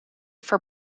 for